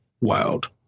wild